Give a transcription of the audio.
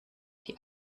die